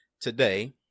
today